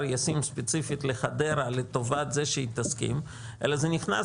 ישים ספציפית לחדרה לטובת זה שהיא תסכים אלא זה נכנס